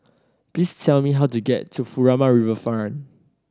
please tell me how to get to Furama Riverfront